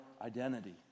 identity